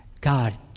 God